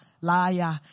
liar